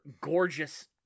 gorgeous